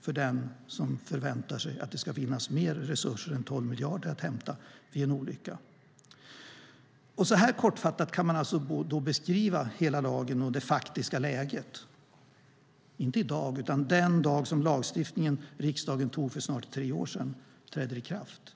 för den som förväntar sig att det ska finnas mer resurser än 12 miljarder att hämta vid en olycka. Så här kortfattat kan man beskriva hela lagen och det faktiska läget, inte i dag utan den dag som den lagstiftning riksdagen antog för snart tre år sedan träder i kraft.